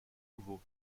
nouveau